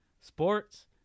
sports